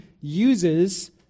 uses